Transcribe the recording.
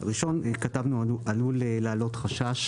ראשון כתבנו: "עלול להעלות חשש"